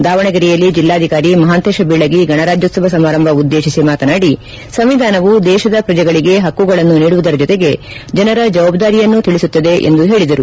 ದಾವಣಗೆರೆಯಲ್ಲಿ ಜಿಲ್ಲಾಧಿಕಾರಿ ಮಹಾಂತೇಶ ಬೀಳಗಿ ಗಣರಾಜ್ಯೋತ್ಸವ ಸಮಾರಂಭ ಉದ್ದೇಶಿಸಿ ಮಾತನಾದಿ ಸಂವಿಧಾನವು ದೇಶದ ಪ್ರಜೆಗಳಿಗೆ ಹಕ್ಕುಗಳನ್ನು ನೀಡುವುದರ ಜೊತೆಗೆ ಜನರ ಜವಾಬ್ದಾರಿಯನ್ನೂ ತಿಳಿಸುತ್ತದೆ ಎಂದು ಹೇಳಿದರು